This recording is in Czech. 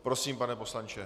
Prosím, pane poslanče.